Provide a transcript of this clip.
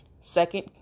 Second